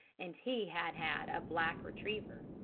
and he had had a black retriever.